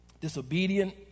Disobedient